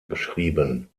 geschrieben